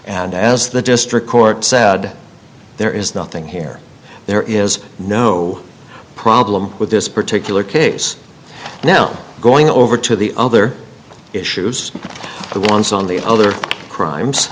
and as the district court said there is nothing here there is no problem with this particular case now going over to the other issues the ones on the other crimes